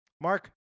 Mark